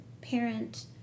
parent